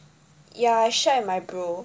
ya I share with my bro